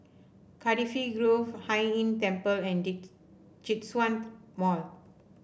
Cardifi Grove Hai Inn Temple and Djitsun Mall